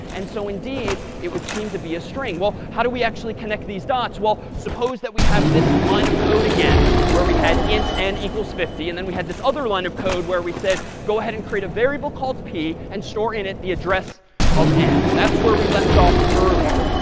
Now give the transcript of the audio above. and so indeed, it would seem to be a string. well, how do we actually connect these dots? well suppose that we have this line of code again where we had int n equals fifty. and then we had this other line of code where we said, go ahead and create a variable called p and store in it the address of n. that's where we left off earlier.